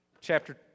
Chapter